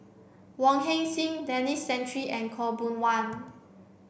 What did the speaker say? Wong Heck Sing Denis Santry and Khaw Boon Wan